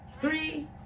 Three